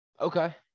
Okay